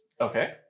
Okay